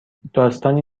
داستانی